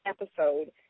episode